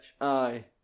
Aye